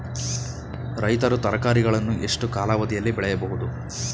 ರೈತರು ತರಕಾರಿಗಳನ್ನು ಎಷ್ಟು ಕಾಲಾವಧಿಯಲ್ಲಿ ಬೆಳೆಯಬಹುದು?